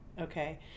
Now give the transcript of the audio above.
Okay